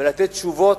לתת תשובות,